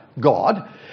God